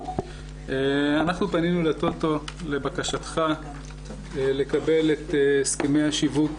אנחנו פנינו לטוטו לבקשתך לקבל את הסכמי השיווק